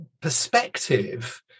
perspective